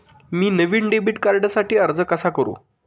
मी नवीन डेबिट कार्डसाठी अर्ज कसा करु?